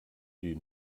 die